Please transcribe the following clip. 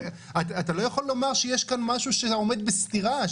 אתה לא יכול לומר שיש כאן משהו שעומד בסתירה,